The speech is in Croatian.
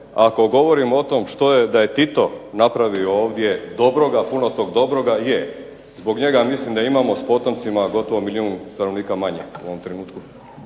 ako govorimo o tome da je Tito napravio ovdje dobroga, puno toga dobroga je, zbog njega mislim da imamo s potomcima gotovo milijun stanovnika manje u ovom trenutku.